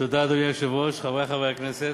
תודה, חברי חברי הכנסת,